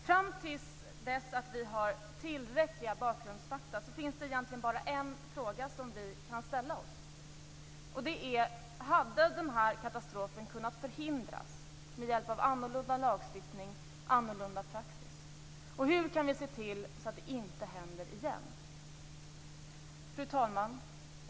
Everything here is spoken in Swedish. Fram till dess att vi har tillräckliga bakgrundsfakta kan vi egentligen bara fråga oss: Hade den här katastrofen kunnat förhindras med hjälp av annorlunda lagstiftning, annorlunda praxis? Hur kan vi se till att det inte händer igen? Fru talman!